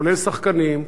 כולל שחקנים,